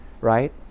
right